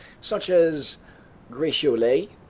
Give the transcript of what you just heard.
such as gratiolet,